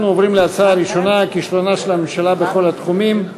אנחנו עוברים להצעה הראשונה: כישלונה של הממשלה בכל התחומים,